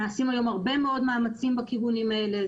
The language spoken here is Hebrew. נעשים היום הרבה מאוד מאמצים בכיוונים האלה.